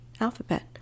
alphabet